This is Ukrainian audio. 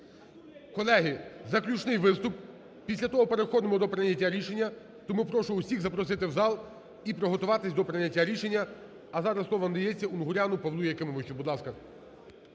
Колеги, заключний виступ, після того переходимо до прийняття рішення тому прошу усіх запросити в зал і приготуватись до прийняття рішення. А зараз слово надається Унгуряну Павлу Якимовичу. Будь ласка.